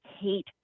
hate